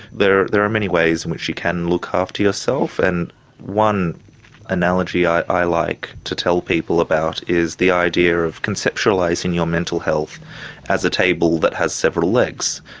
there there are many ways in which you can look after yourself, and one analogy i like to tell people about is the idea of conceptualising your mental health as a table that has several legs.